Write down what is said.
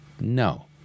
No